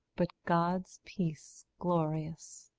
but god's peace glorious.